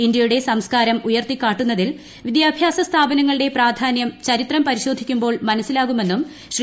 ഇന്ത്യയുടെ സംസ്ക്കാരം ഉയർത്തിക്കാട്ടുന്നതിൽ വിദ്യാഭ്യാസ സ്ഥാപനങ്ങളുടെ പ്രാധാന്യം ചരിത്രം പരിശോധിക്കുമ്പോൾ മനസ്റ്റിലാകുമെന്നും ശ്രീ